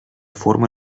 forma